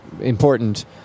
important